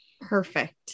Perfect